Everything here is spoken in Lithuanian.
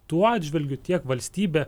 tuo atžvilgiu tiek valstybė